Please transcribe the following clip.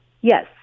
Yes